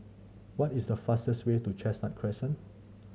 what is the fastest way to Chestnut Crescent